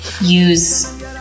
use